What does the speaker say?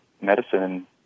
medicine